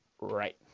right